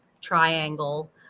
Triangle